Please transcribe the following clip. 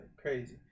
crazy